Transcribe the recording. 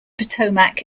potomac